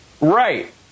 Right